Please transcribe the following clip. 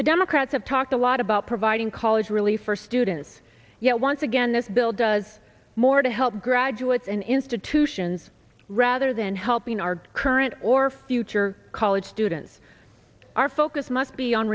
the democrats have talked a lot about providing college really for students yet once again this bill does more to help graduates and institutions rather than helping our current or future college students our focus must be on